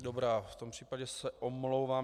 Dobrá, v tom případě se omlouvám.